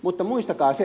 mutta muistakaa se